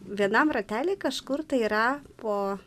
vienam ratelyj kažkur tai yra po